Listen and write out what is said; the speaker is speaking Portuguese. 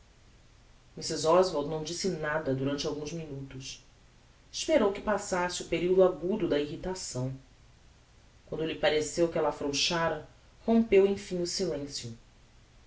colerica mrs oswald não disse nada durante alguns minutos esperou que passasse o periodo agudo da irritação quando lhe pareceu que ella afrouxava rompeu emfim o silencio